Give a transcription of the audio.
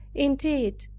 indeed,